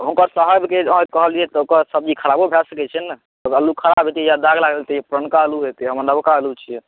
हुनकर साहेबके कहलियै हुनकर खराबो भऽ सकैत छै ने आलू खराब होयतै या दाग लागल होयतै पुरनका आलू होयतै हमर नबका आलू छियै